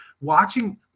Watching